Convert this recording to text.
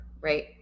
right